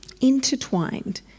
intertwined